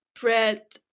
bread